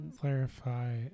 Clarify